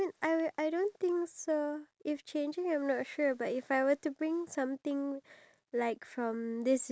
you know I don't think so it's a very easy thing or a very accessible thing for them to get